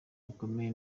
bikomeye